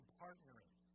partnering